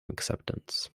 acceptance